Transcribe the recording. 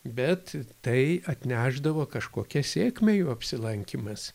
bet tai atnešdavo kažkokią sėkmę jų apsilankymas